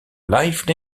live